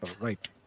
Right